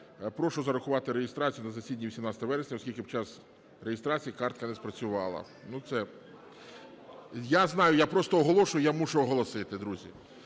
"Прошу зарахувати реєстрацію на засіданні 18 вересня, оскільки під час реєстрації картка не спрацювала". Ну, це… (Шум у залі) Я знаю, я просто оголошую, я мушу оголосити, друзі.